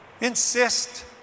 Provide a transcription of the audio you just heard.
Insist